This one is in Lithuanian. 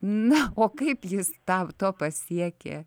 na o kaip jis tau to pasiekė